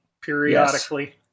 periodically